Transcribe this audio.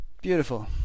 Beautiful